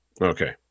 Okay